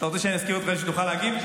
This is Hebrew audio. אתה רוצה שאני אזכיר אותך כדאי שתוכל להגיב?